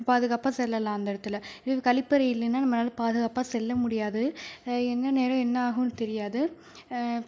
பாதுகாப்பாக செல்லலாம் அந்த இடத்துல இது கழிப்பறை இல்லேன்னா நம்மளால் பாதுகாப்பாக செல்ல முடியாது எந்த நேரம் என்ன ஆகுன்னு தெரியாது